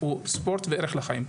זה ספורט וערך לחיים.